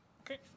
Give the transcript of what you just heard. Okay